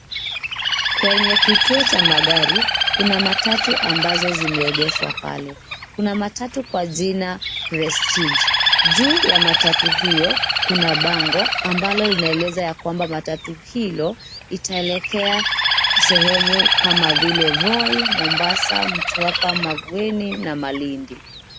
Kwenye kituo cha magari kuna matatu ambazo zimeegeshwa pale kuna matatu kwa jina prestige juu ya matatu hiyo kuna bango ambalo lina eleza kwamba matatu hiyo itaelekea sehemu kama vile Voi Mombasa Mtwapa Mvueni na Malindi.